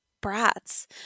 brats